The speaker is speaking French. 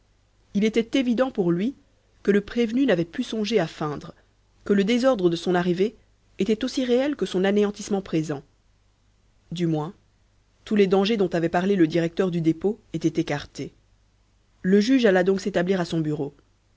il était évident pour lui que le prévenu n'avait pu songer à feindre que le désordre de son arrivée était aussi réel que son anéantissement présent du moins tous les dangers dont avait parlé le directeur du dépôt étaient écartés le juge alla donc s'établir à son bureau